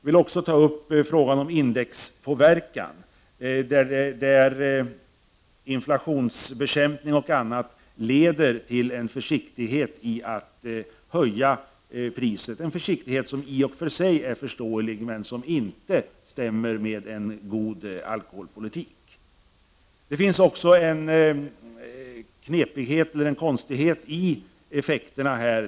När det gäller frågan om indexpåverkan leder inflationsbekämpning och annat till en försiktighet inför att höja priset, som i och för sig är förståelig men som inte stämmer med en god alkoholpolitik. Det finns också en annan egendomlig effekt.